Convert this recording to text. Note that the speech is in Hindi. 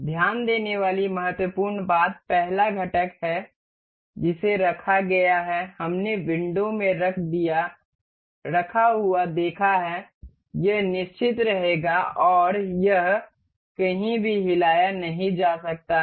ध्यान देने वाली महत्वपूर्ण बात पहला घटक है जिसे रखा गया है हमने विंडो में रखा हुआ देखा है यह निश्चित रहेगा और यह कहीं भी हिलाया नहीं जा सकता है